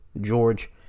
George